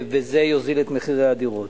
וזה יוריד את מחירי הדירות.